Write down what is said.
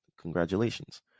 Congratulations